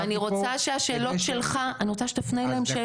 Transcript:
באתי לפה --- אני רוצה שתפנה אליהם את השאלות.